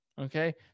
Okay